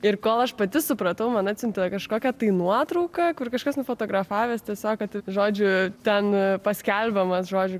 ir kol aš pati supratau man atsiuntė kažkokią tai nuotrauką kur kažkas nufotografavęs tiesiog kad žodžiu ten paskelbia man žodžiu